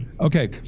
Okay